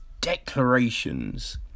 declarations